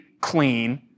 clean